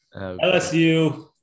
LSU